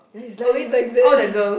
is like is like the